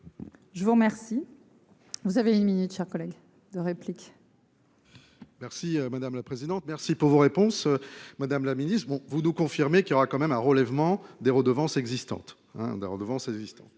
Je vous remercie. Vous avez une minute. Chers collègues de répliques. Merci madame la présidente. Merci pour vos réponses. Madame la Ministre, vous, vous nous confirmez qu'il aura quand même un relèvement des redevances existantes